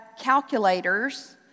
calculators